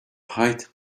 height